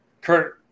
Kurt